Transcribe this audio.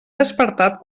despertat